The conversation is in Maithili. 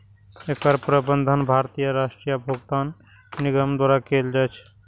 एकर प्रबंधन भारतीय राष्ट्रीय भुगतान निगम द्वारा कैल जाइ छै